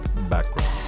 background